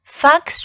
fox